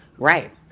Right